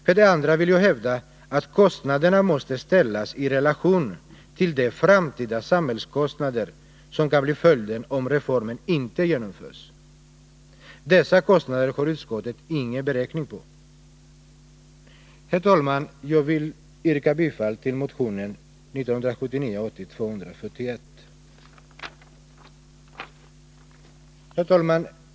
För det andra vill jag hävda att kostnaderna måste ställas i relation till de framtida samhällskostnader som kan bli följden, om reformen inte genomförs. Dessa kostnader har utskottet ingen beräkning på. Herr talman! Jag vill yrka bifall till motionen 1979/80:241. Herr talman!